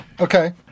Okay